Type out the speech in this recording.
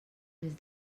més